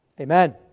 amen